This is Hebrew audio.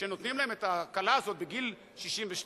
שנותנים להן את ההקלה הזאת בגיל 62,